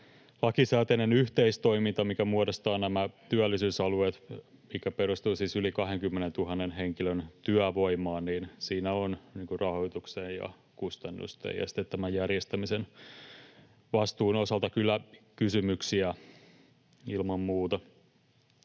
lakisääteinen yhteistoiminta, mikä muodostaa nämä työllisyysalueet, mikä perustuu siis yli 20 000:n henkilön työvoimaan, niin siinä on rahoituksen ja kustannusten ja tämän järjestämisen vastuun osalta kyllä kysymyksiä ilman muuta.